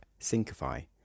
Syncify